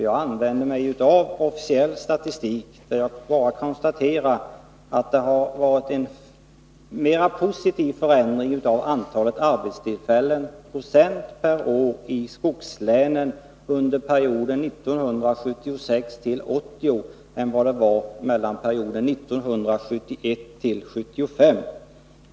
Jag använde mig av officiell statistik, där jag bara konstaterade att det varit en mer positiv förändring av antalet arbetstillfällen i procent per år i skogslänen under perioden 1976-1980 än det var under perioden 1971-1975.